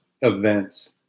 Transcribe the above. events